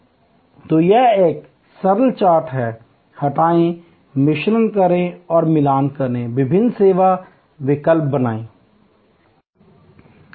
तो यह एक सरल चार्ट है हटाएं मिश्रण करें और मिलान करें विभिन्न सेवा विकल्प बनाएं